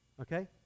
Okay